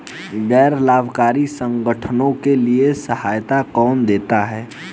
गैर लाभकारी संगठनों के लिए सहायता कौन देता है?